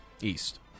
East